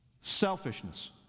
selfishness